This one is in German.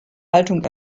haltung